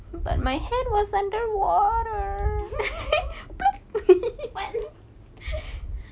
what